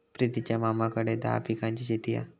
प्रितीच्या मामाकडे दहा पिकांची शेती हा